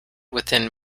within